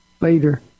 Later